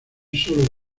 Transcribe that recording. sólo